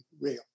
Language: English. real